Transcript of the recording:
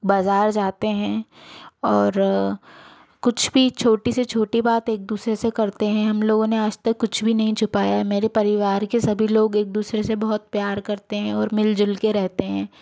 बाजार जाते हैं और कुछ भी छोटी से छोटी बात एक दूसरे से करते हैं हम लोगों ने आज तक कुछ भी नहीं छुपाया मेरे परिवार के सभी लोग एक दूसरे से बहुत प्यार करते हैं और मिलजुल के रहते हैं